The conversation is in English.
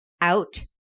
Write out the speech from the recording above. Out